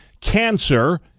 cancer